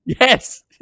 Yes